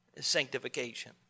sanctification